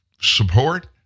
support